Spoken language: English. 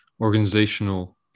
organizational